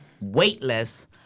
weightless